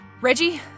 Reggie